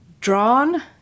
drawn